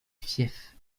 fief